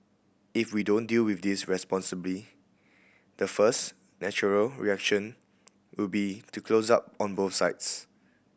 if we don't deal with this responsibly the first natural reaction will be to close up on both sides